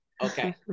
okay